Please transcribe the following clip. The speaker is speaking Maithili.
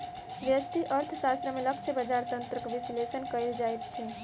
व्यष्टि अर्थशास्त्र में लक्ष्य बजार तंत्रक विश्लेषण कयल जाइत अछि